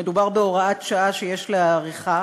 מדובר בהוראת שעה שיש להאריכה.